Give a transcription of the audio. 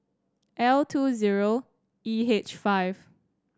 L two zero E H five